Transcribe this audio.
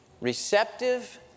receptive